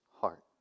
heart